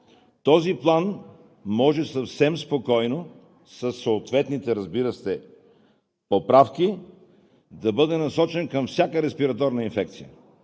Този план може съвсем спокойно, със съответните, разбира се, поправки да бъде насочен към всяка респираторна инфекция.